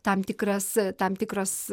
tam tikras tam tikras